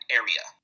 area